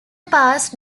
past